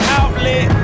outlet